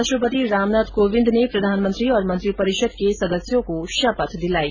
राष्ट्रपति रामनाथ कोविंद ने प्रधानमंत्री और मंत्रिपरिषद के सदस्यों को शपथ दिलाई